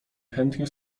chętnie